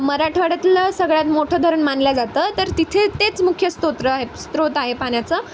मराठवाड्यातलं सगळ्यात मोठं धरण मानल्या जातं तर तिथे तेच मुख्य स्तोत्र आहे स्रोत आहे पाण्याचं